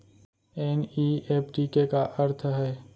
NEFT के का अर्थ है?